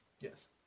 Yes